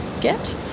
get